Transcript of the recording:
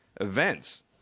events